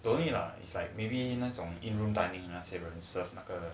don't need lah it's like maybe 那种 in room dining and serve 那个的